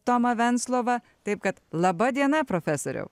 tomą venclovą taip kad laba diena profesoriau